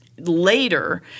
later